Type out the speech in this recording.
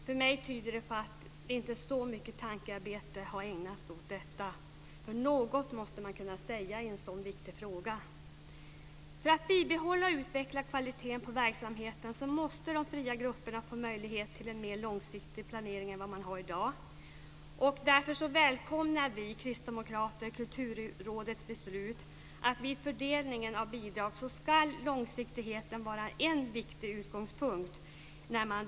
För mig tyder det på att det inte är så mycket tankearbete som har ägnats åt detta. Något måste man kunna säga i en så viktig fråga. För att bibehålla och utveckla kvaliteten på verksamheten måste de fria grupperna få möjlighet till en mer långsiktig planering än de har i dag. Därför välkomnar vi kristdemokrater Kulturrådets beslut att vid fördelningen av bidrag ska långsiktigheten vara en viktig utgångspunkt.